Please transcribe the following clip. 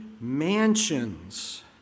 mansions